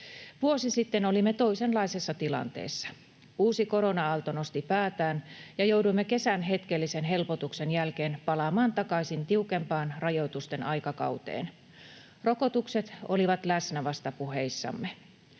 Vuosi sitten olimme toisenlaisessa tilanteessa: Uusi korona-aalto nosti päätään ja jouduimme kesän hetkellisen helpotuksen jälkeen palaamaan takaisin tiukempaan rajoitusten aikakauteen. Rokotukset olivat läsnä vasta puheissamme.